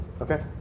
Okay